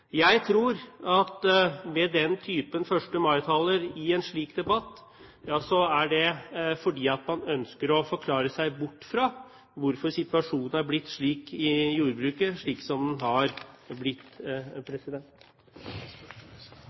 Jeg tror at den typen 1. mai-tale blir holdt i en slik debatt fordi man ønsker å forklare seg bort fra hvorfor situasjonen i jordbruket er blitt slik som den har blitt.